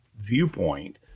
viewpoint